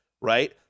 Right